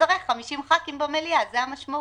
תצטרך 50 חברי כנסת במליאה זו המשמעות.